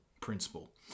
principle